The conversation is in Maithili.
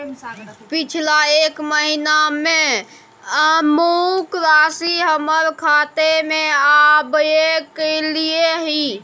पिछला एक महीना म अमुक राशि हमर खाता में आबय कैलियै इ?